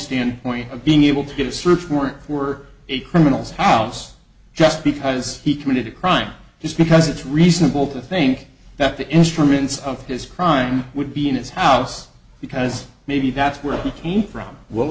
standpoint of being able to get a search warrant were a criminal's house just because he committed a crime just because it's reasonable to think that the instruments of his crime would be in his house because maybe that's where he came from well